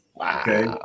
okay